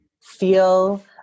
feel